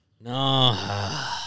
No